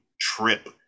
trip